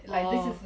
orh